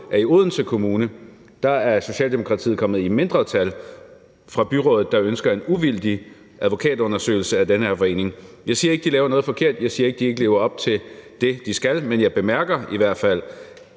i Odense Kommune er kommet i mindretal i byrådet, der ønsker en uvildig advokatundersøgelse af den her forening. Jeg siger ikke, de laver noget forkert. Jeg siger ikke, de ikke lever op til det, de skal, men jeg bemærker i hvert fald,